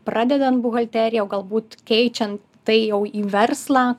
pradedant buhalterija o galbūt keičiant tai jau į verslą